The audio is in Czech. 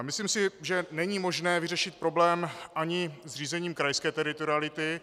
Myslím si, že není možné vyřešit problém ani zřízením krajské teritoriality.